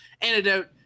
antidote